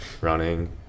running